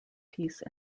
peace